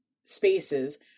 spaces